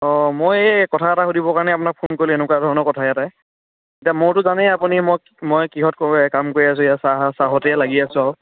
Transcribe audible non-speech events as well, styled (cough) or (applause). অঁ মই এই কথা এটা সুধিবৰ কাৰণে আপোনাক ফোন কৰিলোঁ এনেকুৱা ধৰণৰ কথা এটাই এতিয়া মইতো জানেই আপুনি মই মই কিহত (unintelligible) কাম কৰি আছো এয়া চাহ চাহ এই লাগি আছো আৰু